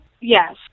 Yes